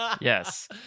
Yes